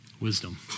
Wisdom